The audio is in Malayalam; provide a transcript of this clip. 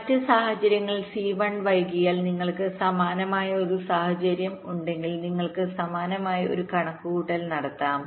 മറ്റ് സാഹചര്യങ്ങളിൽ C1 വൈകിയാൽ നിങ്ങൾക്ക് സമാനമായ ഒരു സാഹചര്യം ഉണ്ടെങ്കിൽ നിങ്ങൾക്ക് സമാനമായി ഒരു കണക്കുകൂട്ടൽ നടത്താം